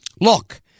Look